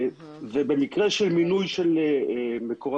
במקרה של מינוי של מקורבים,